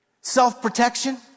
self-protection